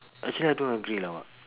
actually I don't agree lah